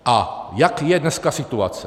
A jaká je dneska situace?